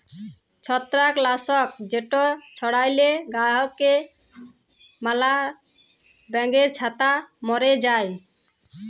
ছত্রাক লাসক যেট ছড়াইলে গাহাচে ম্যালা ব্যাঙের ছাতা ম্যরে যায়